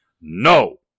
no